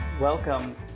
welcome